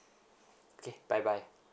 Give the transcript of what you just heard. okay bye bye